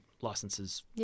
licenses